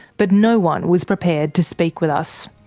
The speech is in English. but no one was prepared to speak with us.